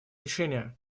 решения